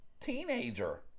teenager